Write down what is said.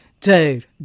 dude